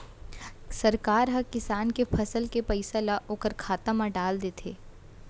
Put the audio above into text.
सरकार ह किसान के फसल के पइसा ल ओखर खाता म डाल देथे